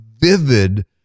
vivid